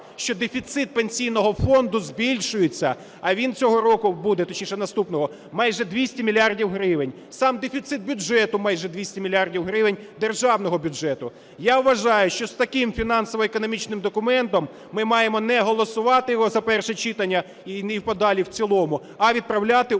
що дефіцит Пенсійного фонду збільшується. А він цього року буде, точніше наступного майже 200 мільярдів гривень. Сам дефіцит бюджету – майже 200 мільярдів гривень державного бюджету. Я вважаю, що з таким фінансово-економічним документом ми маємо не голосувати його за перше читання і не в подалі в цілому, а відправляти уряд